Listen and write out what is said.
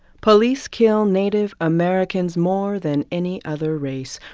police kill native americans more than any other race.